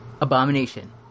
Abomination